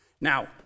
Now